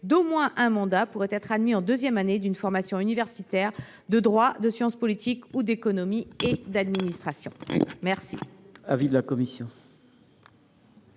d’au moins un mandat pourraient être admis en deuxième année d’une formation universitaire de droit, de sciences politiques, d’économie ou d’administration. Quel